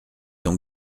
ton